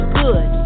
good